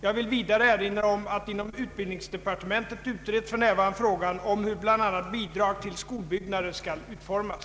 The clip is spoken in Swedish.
Jag vill vidare erinra om att inom utbildningsdepartementet utreds för närvarande frågan om hur bl.a. bidrag till skolbyggnader skall utformas.